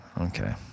Okay